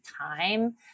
time